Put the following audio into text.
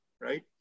right